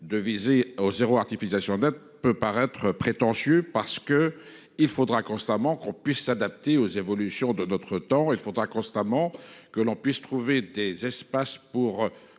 de viser au 0 ratification date peut paraître prétentieux parce que il faudra constamment qu'on puisse s'adapter aux évolutions de notre temps. Il faudra constamment que l'on puisse trouver des espaces pour